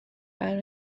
برا